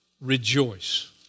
rejoice